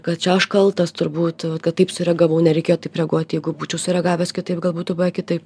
kad čia aš kaltas turbūt va kad taip sureagavau nereikėjo taip reaguoti jeigu būčiau sureagavęs kitaip gal būtų kitaip